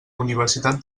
universitat